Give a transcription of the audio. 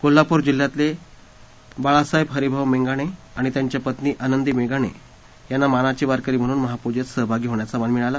कोल्हापूर जिल्ह्यातले बाळासाहेब हरिभाऊ मेंगाणे आणि त्यांच्या पत्नी आनंदी मेंगाणे यांना मानाचे वारकरी म्हणून महापूजेत सहभागी होण्याचा मान मिळाला